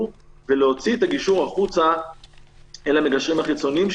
ולהוציא את הגישור החוצה אל המגשרים החיצוניים,